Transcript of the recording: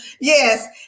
yes